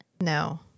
No